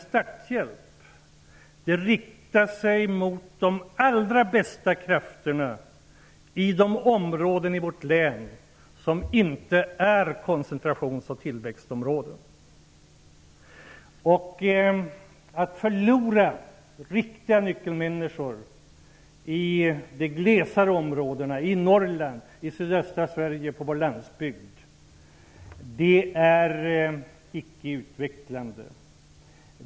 Starthjälpen riktar sig egentligen till de allra bästa krafterna i de områden i vårt land som inte är koncentrations och tillväxtområden. Det är icke utvecklande för de glesare områdena, i Norrland, i sydöstra Sverige, på landsbygden, att förlora riktiga nyckelmänniskor.